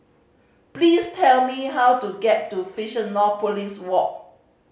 please tell me how to get to Fusionopolis Walk